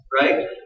right